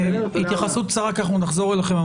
התייחסות קצרה כי אנחנו נחזור אליכם.